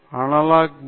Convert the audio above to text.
analogue முறை